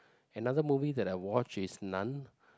another movie that I watch is nun